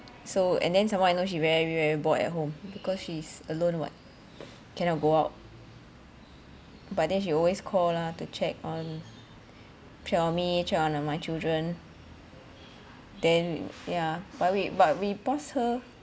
so and then some more I know she very very bored at home because she's alone [what] cannot go out but then she always call lah to check on check on me check on my children then yeah but we but we pass her